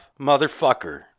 motherfucker